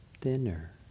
thinner